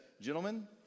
gentlemen